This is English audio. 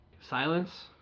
silence